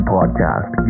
Podcast